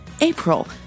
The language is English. April